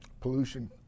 pollution